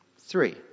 Three